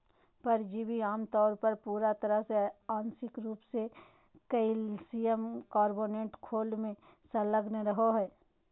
परिजीवी आमतौर पर पूरा तरह आंशिक रूप से कइल्शियम कार्बोनेट खोल में संलग्न रहो हइ